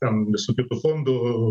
ten visų kitų fondų